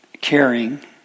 caring